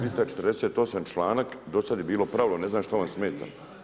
248. članak, do sada je bilo pravilo, ne znam šta vam smeta.